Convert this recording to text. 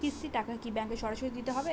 কিস্তির টাকা কি ব্যাঙ্কে সরাসরি দিতে হবে?